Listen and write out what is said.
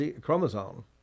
chromosome